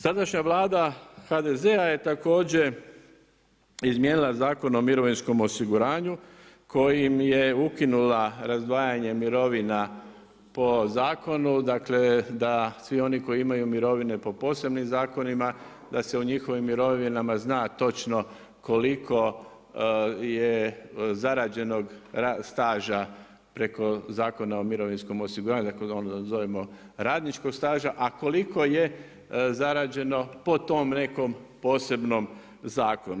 Sadašnja Vlada HDZ-a je također izmijenila Zakon o mirovinskom osiguranju kojim je ukinula razdvajanje mirovina po zakonu, dakle da svi oni koji imaju mirovine po posebnim zakonima da se u njihovim mirovinama zna točno koliko je zarađenog staža preko Zakona o mirovinskom osiguranju, dakle … radničkog staža, a koliko je zarađeno po tom nekom posebnom zakonu.